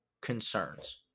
concerns